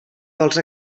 dels